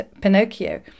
Pinocchio